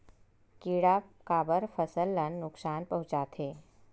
किड़ा काबर फसल ल नुकसान पहुचाथे?